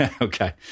Okay